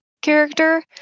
character